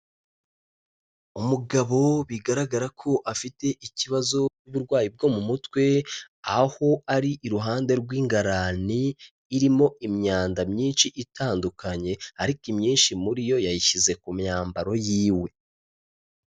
Umugabo bigaragara ko afite ikibazo uburwayi bwo mu mutwe, aho ari iruhande rw'ingarani irimo imyanda myinshi itandukanye, ariko imyinshi muri yo yayishyize ku myambaro yiwe.